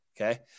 okay